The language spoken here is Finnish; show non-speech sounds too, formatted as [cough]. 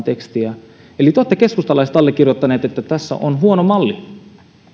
[unintelligible] tekstiä eli te keskustalaiset olette allekirjoittaneet että tässä on huono malli